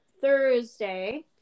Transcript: Thursday